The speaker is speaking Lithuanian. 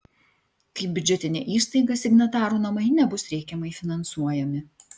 kaip biudžetinė įstaiga signatarų namai nebus reikiamai finansuojami